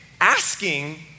asking